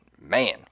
Man